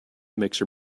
mixer